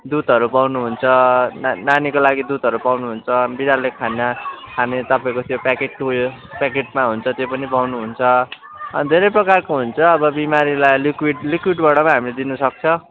दुधहरू पाउनुहुन्छ ना नानीको लागि दुधहरू पाउनुहुन्छ बिरालोले खाना खाने तपाईँको त्यो प्याकेटको उयो प्याकेटमा हुन्छ त्यो पनि पाउनुहुन्छ अनि धेरै प्रकारको हुन्छ अब बिमारीलाई लिक्विड लिक्विडबाट पनि हामी दिनुसक्छ